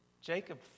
Jacob